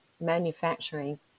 manufacturing